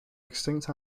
extinct